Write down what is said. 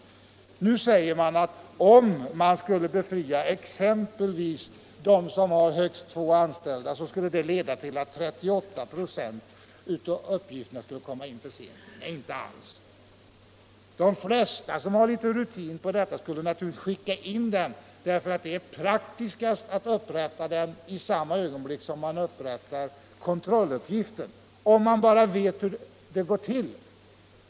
Arbetsgivaruppgif Det påstås att om man skulle befria exempelvis dem som har högst — ten från arbetsgivatvå anställda, så skulle det leda till att 38 25 av uppgifterna skulle komma = re med ett fåtal in för sent. Inte alls. De flesta som har litet rutin skulle naturligtvis — anställda skicka in uppgiften i tid, därför att det är mest praktiskt att upprätta den vid samma tillfälle som kontrolluppgiften — om man bara vet hur det går till.